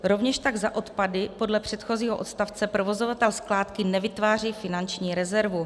Rovněž tak za odpady podle předchozího odstavce provozovatel skládky nevytváří finanční rezervu.